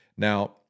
Now